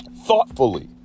thoughtfully